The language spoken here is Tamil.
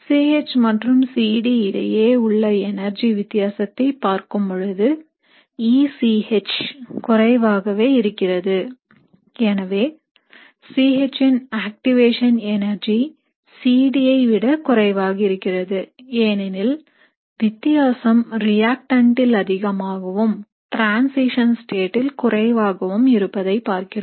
C H மற்றும் C D இடையே உள்ள எனர்ஜி வித்தியாசத்தை பார்க்கும்பொழுது EC H குறைவாகவே இருக்கிறது எனவே C H ன் ஆக்டிவேஷன் எனர்ஜி C D ஐ விட குறைவாக இருக்கிறது ஏனெனில் வித்தியாசம் ரியாக்டன்டில் அதிகமாகவும் transition state ல் குறைவாகவும் இருப்பதை பார்க்கிறோம்